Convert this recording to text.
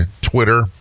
Twitter